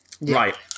right